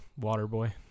Waterboy